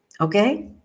okay